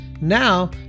Now